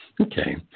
Okay